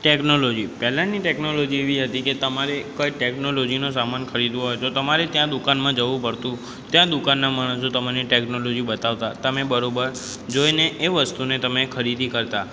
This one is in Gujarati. ટેકનોલોજી પહેલાંની ટેકનોલોજી એવી હતી કે તમારે કોઈ ટેકનોલોજીનો સામાન ખરીદવો હોય તો તમારે ત્યાં દુકાનમાં જવું પડતું ત્યાં દુકાનના માણસો તમને ટેકનોલોજી બતાવતા તમે બરાબર જોઇને એ વસ્તુને તમે ખરીદી કરતા